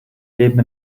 leben